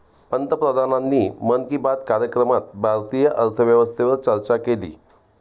पंतप्रधानांनी मन की बात कार्यक्रमात भारतीय अर्थव्यवस्थेवर चर्चा केली